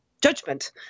judgment